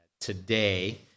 today